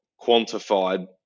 quantified